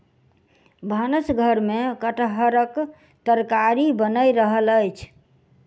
भानस घर में कटहरक तरकारी बैन रहल अछि